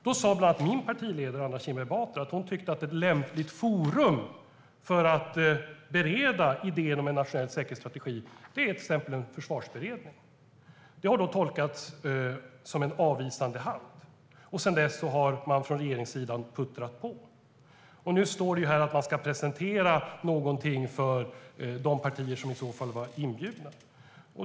Då sa bland annat min partiledare Anna Kinberg Batra att hon tyckte att ett lämpligt forum för att bereda idén om en nationell säkerhetsstrategi är till exempel en försvarsberedning. Det har tolkats som en avvisande hand, och sedan dess har man från regeringssidan puttrat på. Nu sägs det att man ska presentera något för de partier som var inbjudna.